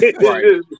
Right